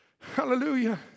Hallelujah